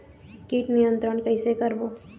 कीट नियंत्रण कइसे करबो?